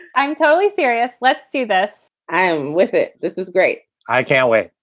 i'm totally serious. let's do this i'm with it. this is great. i can't wait.